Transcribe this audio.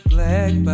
Black